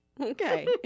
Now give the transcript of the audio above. Okay